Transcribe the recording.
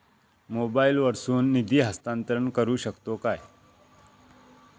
मोबाईला वर्सून निधी हस्तांतरण करू शकतो काय?